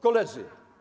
Koledzy.